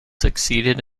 succeeded